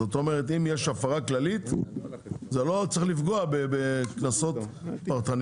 זאת אומרת שאם יש הפרה כללית זה לא צריך לפגוע בקנסות פרטניים.